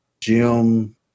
Jim